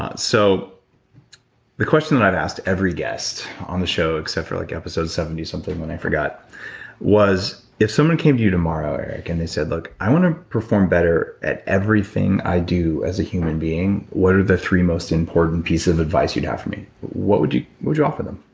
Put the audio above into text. ah so the question that i've asked every guest on the show except for like episode seventy something when i forgot was if someone came to you tomorrow, eric, and they said, look, i wanna perform better at everything i do as a human being, what are three most important pieces of advice you'd have for me? what would you would you offer them?